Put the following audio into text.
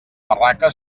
barraca